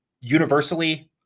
universally